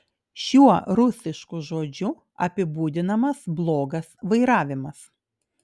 šiuo rusišku žodžiu apibūdinamas blogas vairavimas